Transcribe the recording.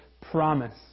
promise